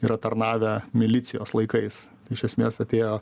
yra tarnavę milicijos laikais iš esmės atėjo